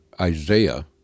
Isaiah